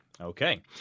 Okay